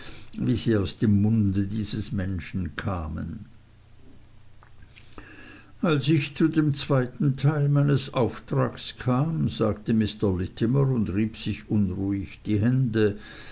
wie sie aus dem munde dieses menschen kamen als ich zu dem zweiten teil meines auftrags kam sagte mr littimer und rieb sich unruhig die hände